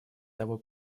того